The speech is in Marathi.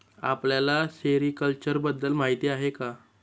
आपल्याला सेरीकल्चर बद्दल माहीती आहे का?